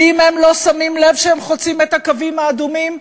ואם הם לא שמים לב שהם חוצים את הקווים האדומים,